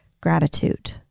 gratitude